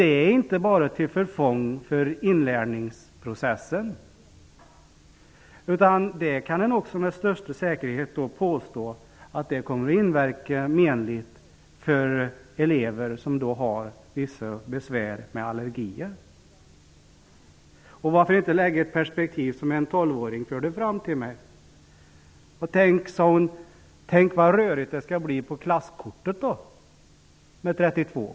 Detta är inte bara till förfång för inlärningsprocessen, utan det kommer också -- det kan med största säkerhet påstås -- att inverka menligt på elever som har vissa besvär med allergier. Och varför inte se detta i det perspektiv som en tolvårig flicka talade om? Hon sade nämligen till mig: Tänk vad rörigt det skall bli på klasskortet med 32 elever!